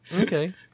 Okay